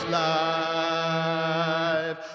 life